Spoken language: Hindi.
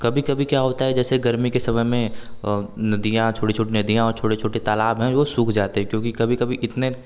कभी कभी क्या होता है जैसे गर्मी के समय में नदियाँ छोटी छोटी नदियाँ और छोटे छोटे तालाब है वे सूख जाते क्योंकि कभी कभी इतने